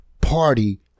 party